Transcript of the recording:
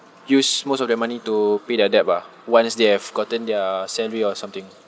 use most of their money to pay their debt ah once they have gotten their salary or something